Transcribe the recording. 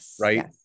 right